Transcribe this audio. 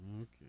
Okay